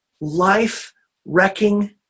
life-wrecking